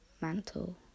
mantle